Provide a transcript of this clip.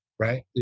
Right